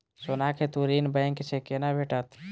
सोनाक हेतु ऋण बैंक सँ केना भेटत?